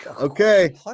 Okay